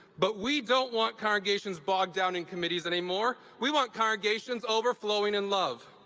but we don't want congregations bogged down in committees anymore. we want congregations overflowing in love.